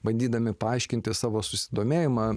bandydami paaiškinti savo susidomėjimą